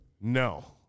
No